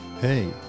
hey